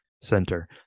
center